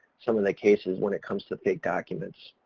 some of the cases when it comes to fake documents.